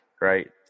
right